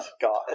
God